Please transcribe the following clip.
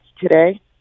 today